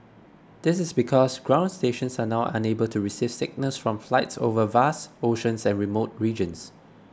this is because ground stations are now unable to receive signals from flights over vast oceans and remote regions